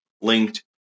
linked